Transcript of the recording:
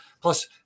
Plus